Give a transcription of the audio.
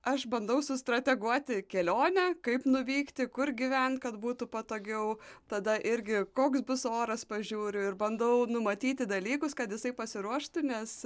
aš bandau sustrateguoti kelionę kaip nuvykti kur gyvent kad būtų patogiau tada irgi koks bus oras pažiūriu ir bandau numatyti dalykus kad jisai pasiruoštų nes